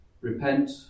repent